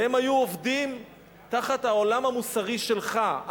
והם היו עובדים תחת העולם המוסרי שלך,